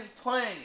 playing